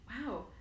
wow